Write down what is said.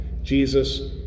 Jesus